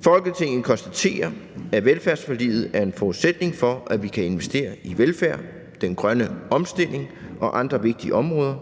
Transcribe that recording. »Folketinget konstaterer, at velfærdsforliget er en forudsætning for, at vi kan investere i velfærd, den grønne omstilling og andre vigtige områder.